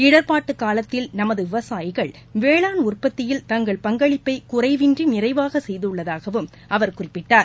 இடர்பாட்டுக் காலத்தில் நமது விவசாயிகள் வேளாண் உற்பத்தியில் தங்கள் பங்களிப்பை குறைவின்றி நிறைவாக செய்துள்ளதாகவும் அவர் குறிப்பிட்டார்